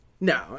No